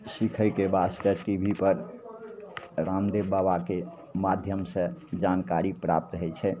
सीखयके वास्ते T V पर रामदेव बाबाके माध्यमसँ जानकारी प्राप्त हइ छै